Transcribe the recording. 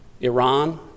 Iran